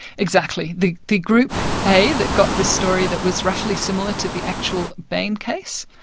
exactly. the the group a, that got this story that was roughly similar to the actual bain case,